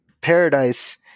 paradise